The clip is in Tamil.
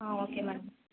ah okay ma'am